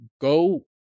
go